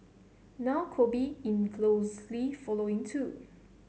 now Kobe in closely following too